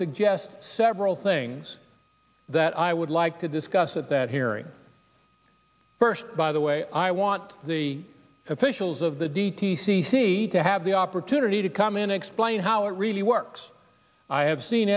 suggest several things that i would like to discuss at that hearing first by the way i want the officials of the d t c see to have the opportunity to come in explain how it really works i have seen